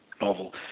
novel